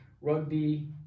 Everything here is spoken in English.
rugby